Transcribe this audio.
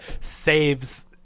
saves-